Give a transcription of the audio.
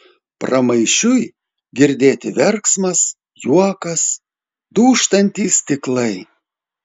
pramaišiui girdėti verksmas juokas dūžtantys stiklai